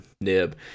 Nib